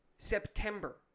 September